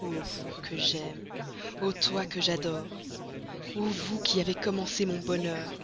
vous que j'aime ô toi que j'adore ô vous qui avez commencé mon bonheur